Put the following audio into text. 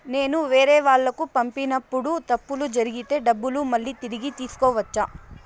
నేను వేరేవాళ్లకు పంపినప్పుడు తప్పులు జరిగితే డబ్బులు మళ్ళీ తిరిగి తీసుకోవచ్చా?